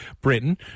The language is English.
Britain